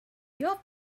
your